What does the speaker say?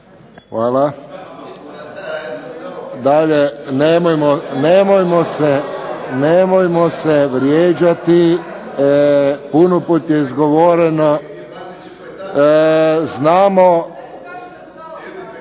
Nemojmo se, nemojmo se vrijeđati. Puno puta je izgovoreno, znamo,